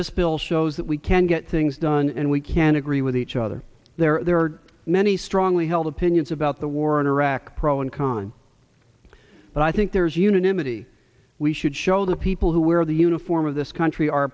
this bill shows that we can get things done and we can agree with each other there are many strongly held opinions about the war in iraq pro and con but i think there's unanimity we should show the people who wear the uniform of this country